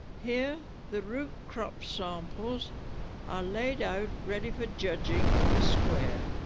here the root crop samples are laid out ready for judging in the square.